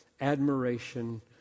admiration